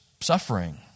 suffering